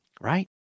right